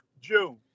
June